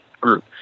group